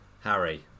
Harry